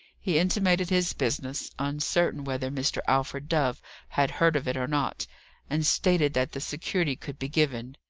he intimated his business, uncertain whether mr. alfred dove had heard of it or not and stated that the security could be given.